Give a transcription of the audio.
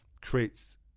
creates